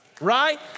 right